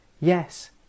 Yes